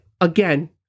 again